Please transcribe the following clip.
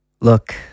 Look